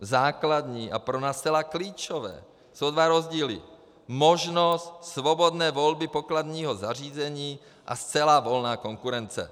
Základní a pro nás zcela klíčové jsou dva rozdíly: možnost svobodné volby pokladního zařízení a zcela volná konkurence.